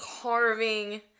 carving